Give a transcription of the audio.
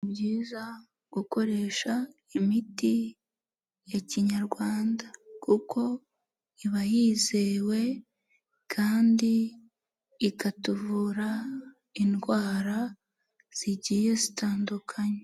Ni byiza gukoresha imiti ya kinyarwanda kuko iba yizewe kandi ikatuvura indwara zigiye zitandukanye.